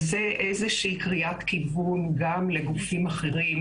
זו איזושהי קריאת כיוון גם לגופים אחרים,